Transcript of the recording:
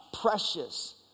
precious